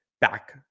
back